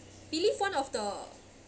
I believe one of the